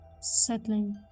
Settling